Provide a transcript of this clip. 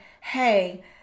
hey